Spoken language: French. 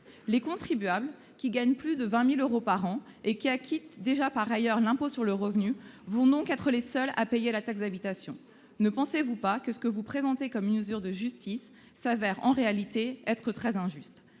Les contribuables qui gagnent plus de 20 000 euros par an et qui acquittent déjà par ailleurs l'impôt sur le revenu vont donc être les seuls à payer la taxe d'habitation. Ne pensez-vous pas que ce que vous présentez comme une mesure de justice apparaît en réalité très injuste ?